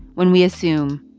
when we assume,